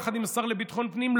יחד עם השר לביטחון פנים,